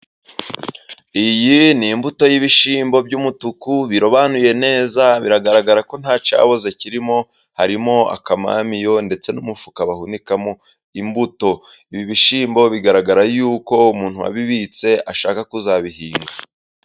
Iyi ni imbuto y'ibishyimbo by'umutuku birobanuye neza biragaragara ko nta cyaboze kirimo. Harimo akamamiyo ndetse n'umufuka bahunikamo imbuto. Ibi bishyimbo bigaragara yuko umuntu wabibitse, ashaka kuzabihinga.